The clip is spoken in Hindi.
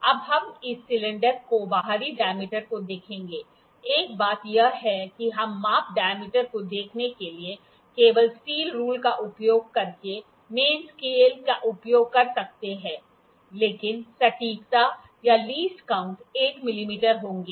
अब हम इस सिलेंडर के बाहरी डायमीटर को देखेंगे एक बात यह है कि हम माप डायमीटर को देखने के लिए केवल स्टील रूल का उपयोग करके मैन स्केल का उपयोग कर सकते हैं लेकिन सटीकता या लीस्ट काऊंट 1 मिमी होंगे